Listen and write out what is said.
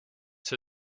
see